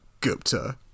Gupta